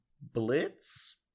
Blitz